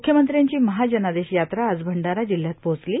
म्ख्यमंत्र्यांची महा जनादेश यात्रा आज भंडारा जिल्ह्यात पोहोचली